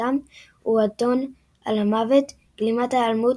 בשלושתם הוא אדון על המוות – גלימת ההיעלמות,